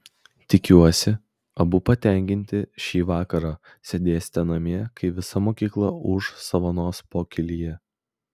tikiuosi abu patenkinti šį vakarą sėdėsite namie kai visa mokykla ūš savanos pokylyje